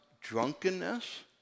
drunkenness